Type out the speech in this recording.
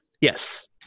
Yes